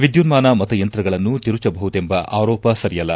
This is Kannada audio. ವಿದ್ಯುನ್ಮಾನ ಮತಯಂತ್ರಗಳನ್ನು ತಿರುಚಬಹುದೆಂಬ ಆರೋಪ ಸರಿಯಲ್ಲ